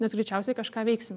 nes greičiausiai kažką veiksim